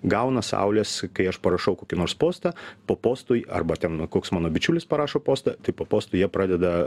gauna saulės kai aš parašau kokį nors postą po postui arba ten koks mano bičiulis parašo postą tai po postu jie pradeda